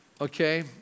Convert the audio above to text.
okay